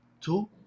two